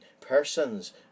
persons